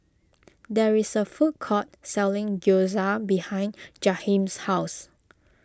there is a food court selling Gyoza behind Jaheem's house